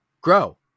grow